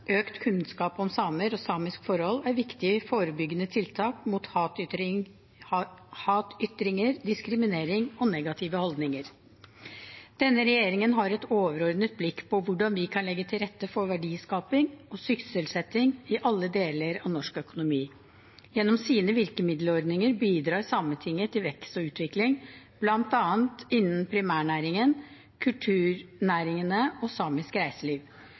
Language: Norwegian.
Økt kunnskap om samer og samiske forhold er et viktig forebyggende tiltak mot hatytringer, diskriminering og negative holdninger. Denne regjeringen har et overordnet blikk på hvordan vi kan legge til rette for verdiskaping og sysselsetting i alle deler av norsk økonomi. Gjennom sine virkemiddelordninger bidrar Sametinget til vekst og utvikling, bl.a. innen primærnæringene, kulturnæringene og samisk reiseliv.